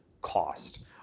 cost